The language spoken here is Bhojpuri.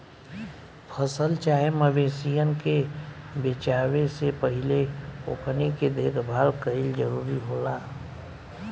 फसल चाहे मवेशियन के बेचाये से पहिले ओकनी के देखभाल कईल जरूरी होला